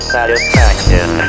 Satisfaction